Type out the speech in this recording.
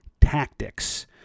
tactics